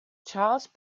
charles